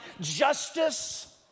justice